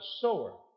sower